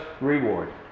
reward